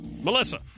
Melissa